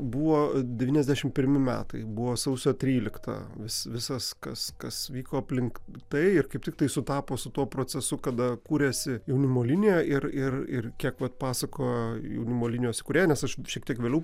buvo devyniasdešimt pirmi metai buvo sausio trylikta vis visas kas kas vyko aplink tai ir kaip tiktai sutapo su tuo procesu kada kūrėsi jaunimo linija ir ir ir kiek vat pasakojo jaunimo linijos įkūrėjai nes aš šiek tiek vėliau